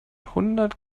hundert